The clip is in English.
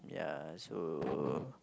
ya so